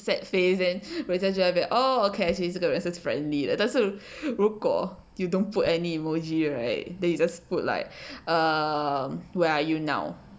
sad face then 人家在那边 oh okay actually 这个是 friendly 的但是如果 you don't put any emoji right then you just put like um where are you now